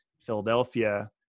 Philadelphia